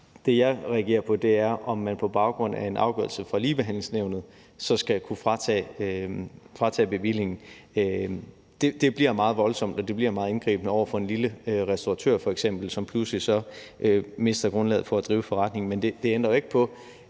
Det, jeg reagerer på, er, om man så på baggrund af en afgørelse fra Ligebehandlingsnævnet skal kunne fratage bevillingen. Det bliver meget voldsomt, og det bliver meget indgribende over for f.eks. en lille restauratør, som så pludselig mister grundlaget for at drive forretningen. Men det ændrer jo ikke på,